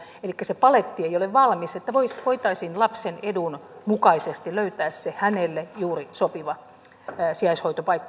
elikkä se paletti ei ole valmis että voitaisiin lapsen edun mukaisesti löytää se hänelle juuri sopiva sijaishoitopaikka